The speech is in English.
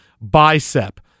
bicep